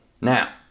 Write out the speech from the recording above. Now